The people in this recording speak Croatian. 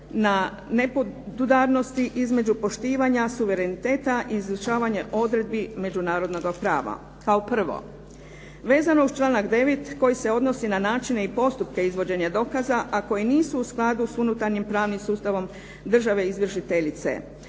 na nepodudarnosti između poštivanja suvereniteta i izvršavanje odredbi međunarodnoga prava. Kao prvo, vezano uz članak 9. koji se odnosi na načine i postupke izvođenja dokaza, a koji nisu u skladu sa unutarnjim pravnim sustavom države izvršiteljice